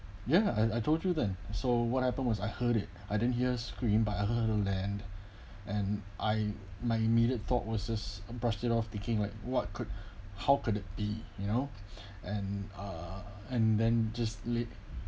ya I I told you that so what happened was I heard it I didn't hear scream but I hear her land and I my immediate thought was just brushed it off thinking like what could how could that be you know and uh and then just late